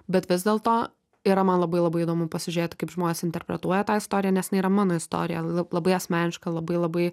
bet vis dėlto yra man labai labai įdomu pasižiūrėti kaip žmonės interpretuoja tą istoriją nes jinai yra mano istorija labai asmeniška labai labai